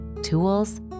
tools